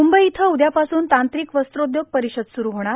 मुंबई इथं उद्यापासून तांत्रिक वस्त्रोद्योग परिषद सुरू होणार